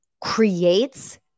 creates